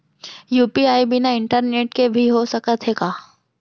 UPI बिना internet के भी हो सकत हे का?